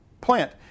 plant